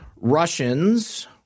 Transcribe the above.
Russians